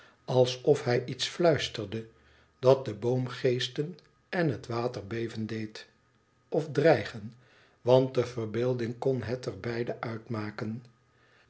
alsof hij iets fluisterde dat de boomengeesten en het water beven deed of dreigen want de verbeelding kon het er beide